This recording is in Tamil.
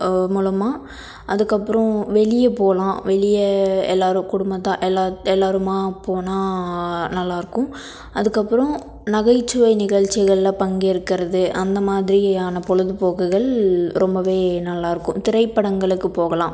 மூலமா அதுக்கப்புறம் வெளிய போகலாம் வெளிய எல்லோரும் குடும்பத்தால் எல்லா எல்லாருமா போனால் நல்லாருக்கும் அதுக்கப்புறம் நகைச்சுவை நிகழ்ச்சிகளில் பங்கேற்கிறது அந்த மாதிரியான பொழுதுபோக்குகள் ரொம்பவே நல்லாயிருக்கும் திரைப்படங்களுக்கு போகலாம்